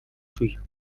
suyo